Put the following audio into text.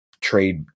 trade